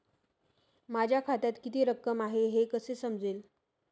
माझ्या खात्यात किती रक्कम आहे हे कसे समजेल?